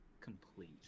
complete